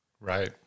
Right